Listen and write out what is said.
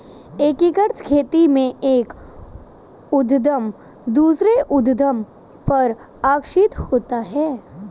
एकीकृत खेती में एक उद्धम दूसरे उद्धम पर आश्रित होता है